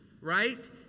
right